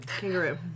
Kangaroo